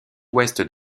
ouest